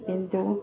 কিন্তু